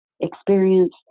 experience